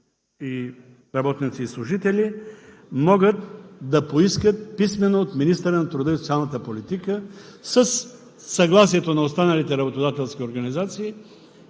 работници и служители могат да поискат писмено от министъра на труда и социалната политика, със съгласието на останалите работодателски и синдикални